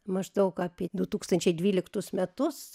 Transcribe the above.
maždaug apie du tūkstančiai dvyliktus metus